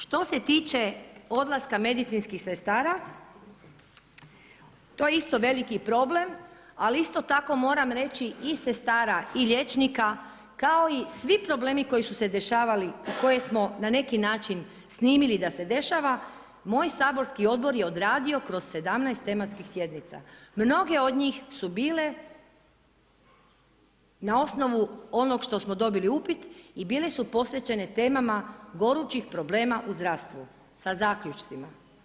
Što se tiče odlaska medicinskih sestara, to je isto veliki problem ali isto tako moram reći i sestara i liječnika kao i svi problemi koji su se dešavali i koje smo na neki način snimili da se dešava, moj saborski odbor je odradio kroz 17 tematskih sjednica, mnoge od njih su bile na osnovu onog što smo dobili upit i bile su posvećene temama gorućih problema u zdravstvu sa zaključcima.